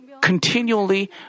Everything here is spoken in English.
continually